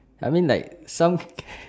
I mean like some can can